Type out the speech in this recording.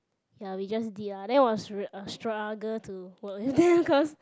ya we just did lah there rea~ a struggle to work and then cause